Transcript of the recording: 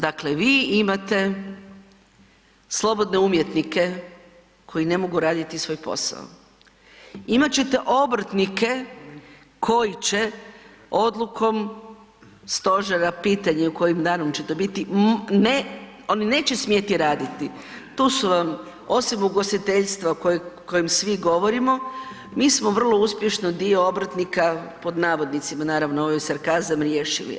Dakle, vi imate slobodne umjetnike koji ne mogu raditi svoj posao, imat ćete obrtnike koji će odlukom stožera pitanje kojim danom će to biti, ne oni neće smjeti raditi, tu su vam osim ugostiteljstva o kojem svi govorimo, mi smo vrlo uspješno dio obrtnika pod navodnicima naravno ovo je sarkazam riješili.